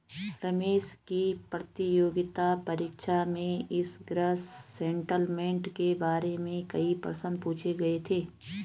रमेश की प्रतियोगिता परीक्षा में इस ग्रॉस सेटलमेंट के बारे में कई प्रश्न पूछे गए थे